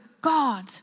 God